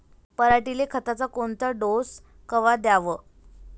पऱ्हाटीले खताचा कोनचा डोस कवा द्याव?